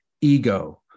ego